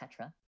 Tetra